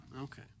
Okay